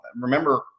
remember